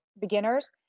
beginners